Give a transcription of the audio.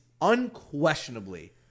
unquestionably